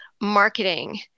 marketing